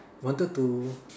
wanted to